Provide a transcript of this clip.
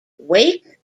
wake